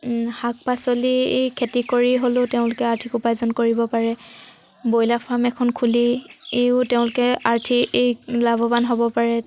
শাক পাচলি খেতি কৰি হ'লেও তেওঁলোকে আৰ্থিক উপাৰ্জন কৰিব পাৰে ব্ৰইলাৰ ফাৰ্ম এখন খুলিও তেওঁলোকে আৰ্থিক লাভৱান হ'ব পাৰে